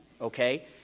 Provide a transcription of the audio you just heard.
okay